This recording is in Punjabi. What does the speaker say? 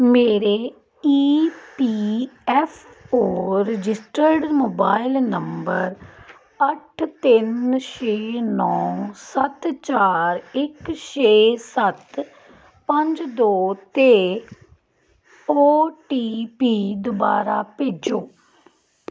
ਮੇਰੇ E P F O registered mobile number ਅੱਠ ਤਿੰਨ ਛੇ ਨੌਂ ਸੱਤ ਚਾਰ ਇੱਕ ਛੇ ਸੱਤ ਪੰਜ ਦੋ 'ਤੇ ਓ ਟੀ ਪੀ ਦੁਬਾਰਾ ਭੇਜੋ